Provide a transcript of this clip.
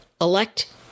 elect